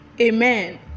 Amen